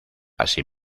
así